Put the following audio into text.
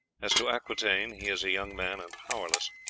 as to aquitaine, he is a young man and powerless.